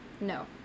No